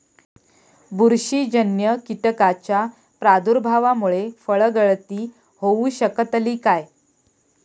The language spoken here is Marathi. बुरशीजन्य कीटकाच्या प्रादुर्भावामूळे फळगळती होऊ शकतली काय?